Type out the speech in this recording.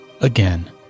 again